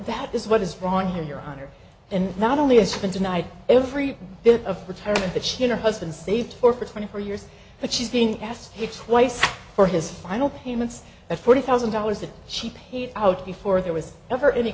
that is what is wrong here your honor and not only has been denied every bit of retirement that she and her husband saved for for twenty four years but she's being asked here twice for his final payments at forty thousand dollars that she paid out before there was ever any